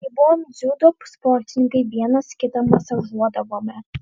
kai buvome dziudo sportininkai vienas kitą masažuodavome